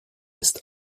ist